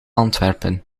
antwerpen